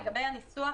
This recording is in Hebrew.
לגבי הניסוח,